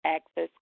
Access